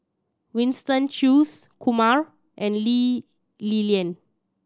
Winston Choos Kumar and Lee Li Lian